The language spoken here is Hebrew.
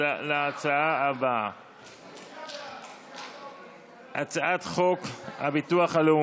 יושב-ראש הכנסת, בבקשה.